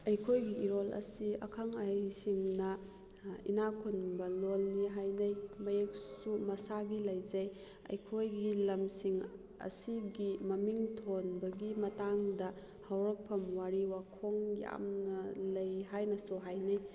ꯑꯩꯈꯣꯏꯒꯤ ꯏꯔꯣꯜ ꯑꯁꯤ ꯑꯈꯪ ꯑꯍꯩꯁꯤꯡꯅ ꯏꯅꯥꯛ ꯈꯨꯟꯕ ꯂꯣꯟꯅꯤ ꯍꯥꯏꯅꯩ ꯃꯌꯦꯛꯁꯨ ꯃꯁꯥꯒꯤ ꯂꯩꯖꯩ ꯑꯩꯈꯣꯏꯒꯤ ꯂꯝꯁꯤꯡ ꯑꯁꯤꯒꯤ ꯃꯃꯤꯡ ꯊꯣꯟꯕꯒꯤ ꯃꯇꯥꯡꯗ ꯍꯧꯔꯛꯐꯝ ꯋꯥꯔꯤ ꯋꯥꯈꯣꯡ ꯌꯥꯝꯅ ꯂꯩ ꯍꯥꯏꯅꯁꯨ ꯍꯥꯏꯅꯩ